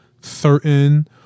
certain